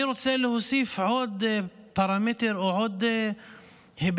אני רוצה להוסיף עוד פרמטר או עוד היבט